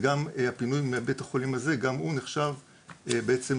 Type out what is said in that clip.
גם הפינוי מבית החולים הזה נחשב --- כן,